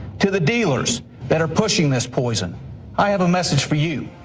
to the dealers that are pushing this poison i have a message for you.